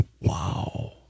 Wow